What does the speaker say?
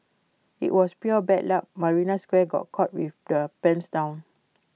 IT was pure bad luck marina square got caught with their pants down